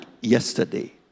yesterday